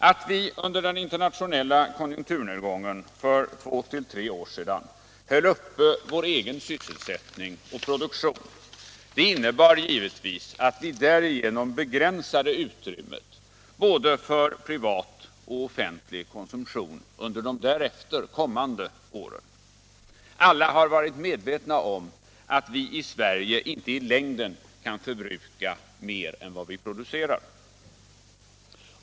Att vi under den internationella konjunkturnedgången för två tre år sedan höll uppe vår egen sysselsättning och produktion innebar givetvis att vi därigenom begränsade utrymmet för både privat och offentlig konsumtion under de därefter kommande åren. Alla har varit medvetna om att vi i Sverige inte i längden kan förbruka mer än vad vi producerar.